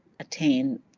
attain